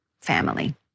family